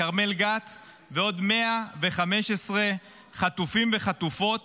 כרמל גת ועוד 115 חטופים וחטופות